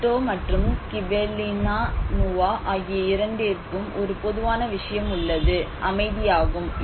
கிரெட்டோ மற்றும் கிபெலினா நூவா ஆகிய இரண்டிற்கும் ஒரு பொதுவான விஷயம் உள்ளது அமைதி ஆகும்